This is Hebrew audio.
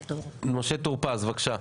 משה טור פז, בבקשה.